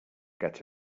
get